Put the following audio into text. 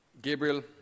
Gabriel